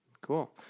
cool